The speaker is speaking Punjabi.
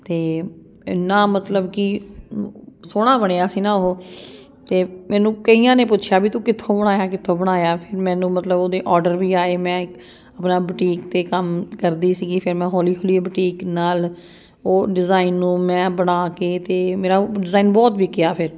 ਅਤੇ ਇੰਨਾ ਮਤਲਬ ਕਿ ਸੋਹਣਾ ਬਣਿਆ ਸੀ ਨਾ ਉਹ ਅਤੇ ਮੈਨੂੰ ਕਈਆਂ ਨੇ ਪੁੱਛਿਆ ਵੀ ਤੂੰ ਕਿੱਥੋਂ ਬਣਾਇਆ ਕਿੱਥੋਂ ਬਣਾਇਆ ਫਿਰ ਮੈਨੂੰ ਮਤਲਬ ਉਹਦੇ ਆਰਡਰ ਵੀ ਆਏ ਮੈਂ ਇੱਕ ਆਪਣਾ ਬੁਟੀਕ 'ਤੇ ਕੰਮ ਕਰਦੀ ਸੀਗੀ ਫਿਰ ਮੈਂ ਹੌਲੀ ਹੌਲੀ ਇਹ ਬੁਟੀਕ ਨਾਲ ਉਹ ਡਿਜ਼ਾਇਨ ਨੂੰ ਮੈਂ ਬਣਾ ਕੇ ਅਤੇ ਮੇਰਾ ਉਹ ਡਿਜ਼ਾਇਨ ਬਹੁਤ ਵਿਕਿਆ ਫਿਰ